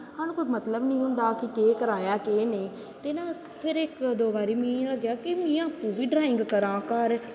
साह्नू कोई मतलव गै नी होंदा हा केह् करा नें आं केह् नेंईं ते फिर नां इक दो बारी मिगी लग्गेआ कि में आपूं बी ड्राईंग करां घर